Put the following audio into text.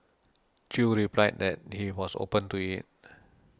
Chew replied that he was open to it